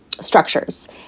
structures